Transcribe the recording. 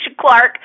Clark